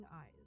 eyes